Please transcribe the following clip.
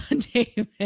David